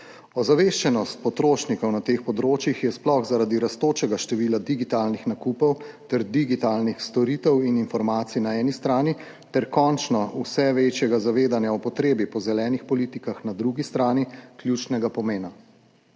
Ozaveščenost potrošnikov na teh področjih je sploh zaradi rastočega števila digitalnih nakupov ter digitalnih storitev in informacij na eni strani ter končno vse večjega zavedanja o potrebi po zelenih politikah na drugi strani ključnega pomena.